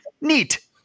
neat